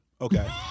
Okay